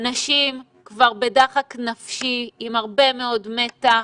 אנשים כבר בדחק נפשי עם הרבה מאוד מתח,